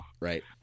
right